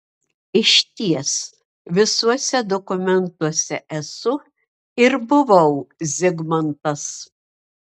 išties visuose dokumentuose esu ir buvau zigmantas